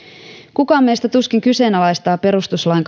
kukaan meistä tuskin kyseenalaistaa perustuslain